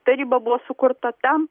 taryba buvo sukurta tam